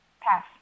Pass